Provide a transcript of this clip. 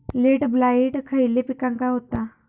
Late blight खयले पिकांका होता?